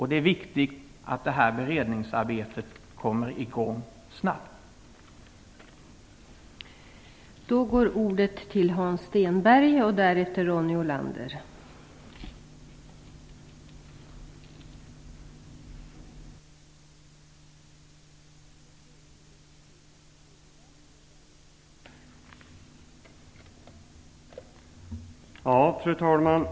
Det är viktigt att det här beredningsarbetet kommer i gång snabbt.